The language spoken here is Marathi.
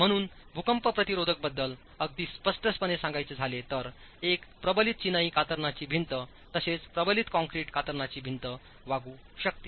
म्हणून भूकंप प्रतिरोधाबद्दल अगदी स्पष्टपणे सांगायचे झाले तर एक प्रबलितचिनाई कातरणाची भिंततसेच प्रबलित कॉंक्रिटकातरणाची भिंत वागू शकते